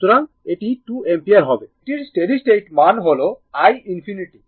সুতরাং এটি 2 অ্যাম্পিয়ার হবে এটির স্টেডি স্টেট মান হল i ∞